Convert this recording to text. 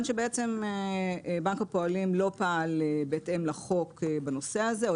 שבנק הפועלים לא פעל בהתאם לחוק בנושא הזה.